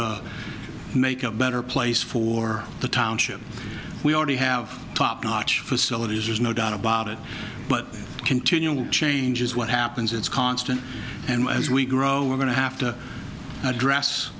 to make a better place for the township we already have top notch facilities there's no doubt about it but continually changes what happens it's constant and as we grow we're going to have to address